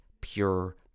pure